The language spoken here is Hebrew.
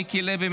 מיקי לוי,